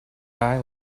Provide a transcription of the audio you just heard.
guy